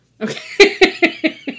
Okay